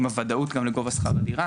עם הוודאות גם לגובה שכר הדירה,